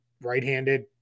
right-handed